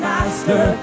Master